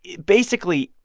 basically,